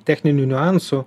techninių niuansų